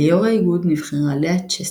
ליו"ר האיגוד, נבחרה לאה צ'סטרמן.